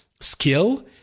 skill